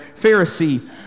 pharisee